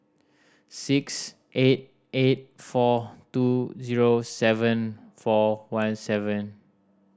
six eight eight four two zero seven four one seven